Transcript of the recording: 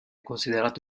considerato